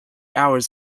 hours